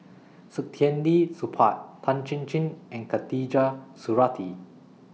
Saktiandi Supaat Tan Chin Chin and Khatijah Surattee